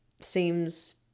seems